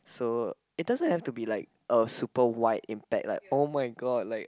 so it doesn't have to be like a super wide impact like oh-my-god like